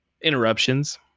interruptions